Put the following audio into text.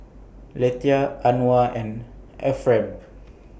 Lethia Anwar and Efrem